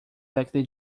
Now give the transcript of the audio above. daquele